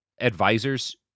advisors